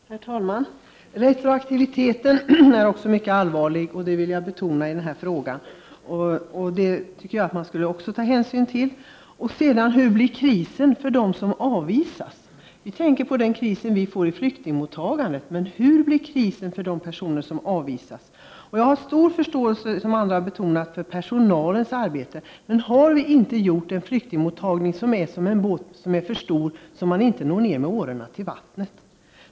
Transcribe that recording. Herr talman! Retroaktiviteten är också mycket allvarlig, det vill jag betona, i den här frågan. Det skall man ta hänsyn till. Hur blir krisen för dem som avvisas? Vi tänker på krisen i samband med flyktingmottagandet, men hur blir det för dem som avvisas? Jag har förståelse, som även andra har betonat, för personalens arbete. Men har vi inte skapat en flyktingmottagning som är som en båt som är så stor att man inte når ned med årorna i vattnet?